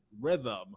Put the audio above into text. rhythm